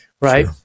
Right